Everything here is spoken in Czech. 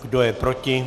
Kdo je proti?